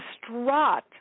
distraught